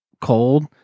cold